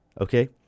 okay